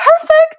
perfect